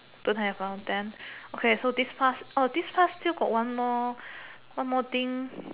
don't have uh then okay then so this pass still got one more one more thing